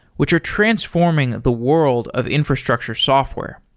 which are transforming the world of infrastructure software.